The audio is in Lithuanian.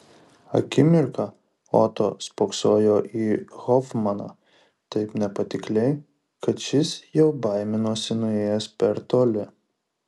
akimirką oto spoksojo į hofmaną taip nepatikliai kad šis jau baiminosi nuėjęs per toli